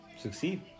Succeed